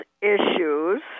issues